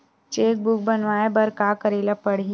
Cheque book बनवाय बर का करे ल पड़हि?